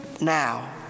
now